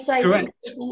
Correct